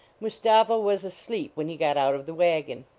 mustapha was asleep when he got out of the wagon.